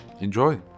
Enjoy